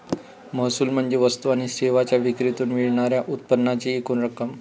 महसूल म्हणजे वस्तू आणि सेवांच्या विक्रीतून मिळणार्या उत्पन्नाची एकूण रक्कम